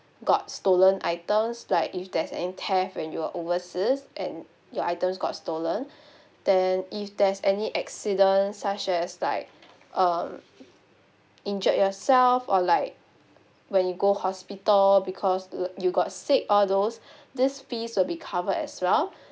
got stolen items like if there's an theft when you were overseas and your items got stolen then if there's any accidents such as like um injured yourself or like when you go hospital because y~ you got sick all those these fees will be covered as well